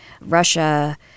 Russia